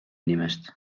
inimest